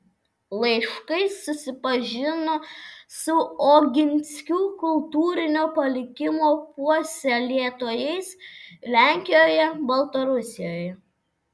laiškais susipažino su oginskių kultūrinio palikimo puoselėtojais lenkijoje baltarusijoje